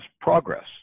progress